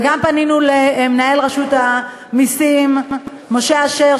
וגם פנינו למנהל רשות המסים משה אשר,